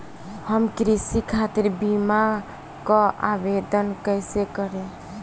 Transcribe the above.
हम कृषि खातिर बीमा क आवेदन कइसे करि?